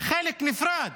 חלק נפרד.